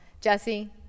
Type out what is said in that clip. Jesse